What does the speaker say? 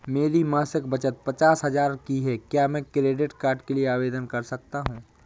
मेरी मासिक बचत पचास हजार की है क्या मैं क्रेडिट कार्ड के लिए आवेदन कर सकता हूँ?